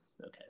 Okay